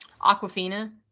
Aquafina